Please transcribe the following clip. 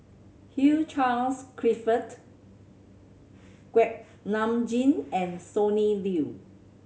Hugh Charles Clifford Kuak Nam Jin and Sonny Liew